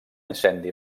incendi